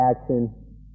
action